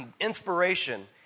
Inspiration